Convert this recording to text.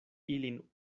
ilin